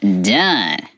Done